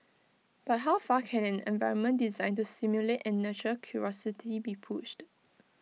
but how far can an environment designed to stimulate and nurture curiosity be pushed